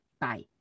Bye